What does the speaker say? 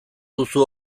duzu